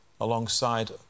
alongside